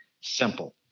simple